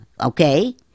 okay